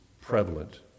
prevalent